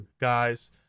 guys